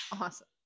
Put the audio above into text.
Awesome